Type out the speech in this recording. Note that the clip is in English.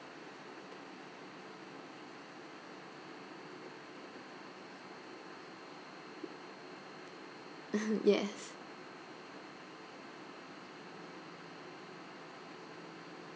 yes